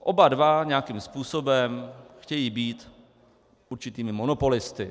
Oba dva nějakým způsobem chtějí být určitými monopolisty.